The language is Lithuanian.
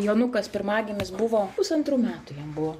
jonukas pirmagimis buvo pusantrų metų jam buvo